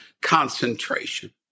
concentration